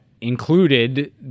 included